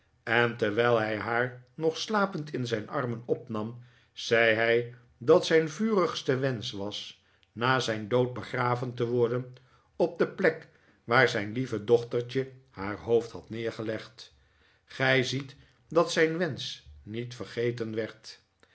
en terwijl hij haar nog slapend in zijn armen opnam zei hij dat zijn vurigste wensch was na zijn dood begraven te worden op de plek waar zijn lieve dochtertje haar hoofd had neergelegd gij ziet dat zijn wensch niet vergeten werd